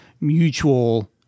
mutual